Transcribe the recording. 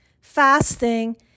fasting